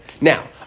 Now